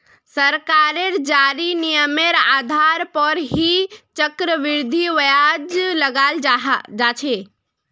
सरकारेर जारी नियमेर आधार पर ही चक्रवृद्धि ब्याज लगाल जा छे